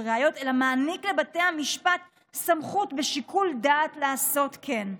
ראיות אלא מעניק לבתי המשפט סמכות בשיקול דעת לעשות כן.